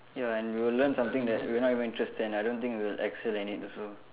ya and we will learn something that we are not even interested and I don't think we'll excel in it also